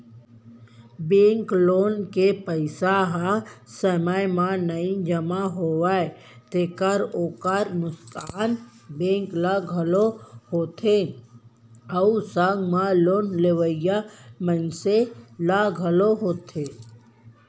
bank loan के पइसा ह समे म नइ जमा होवय तेखर ओखर नुकसान बेंक ल घलोक होथे अउ संग म लोन लेवइया मनसे ल घलोक होथे